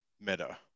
meta